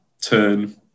turn